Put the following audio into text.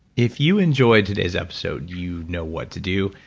if you enjoyed today's episode, you know what to do.